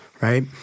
right